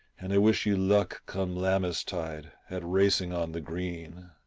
and i wish you luck, come lammastide, at racing on the green.